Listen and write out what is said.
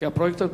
כי הפרויקט הזה,